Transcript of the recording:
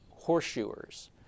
horseshoers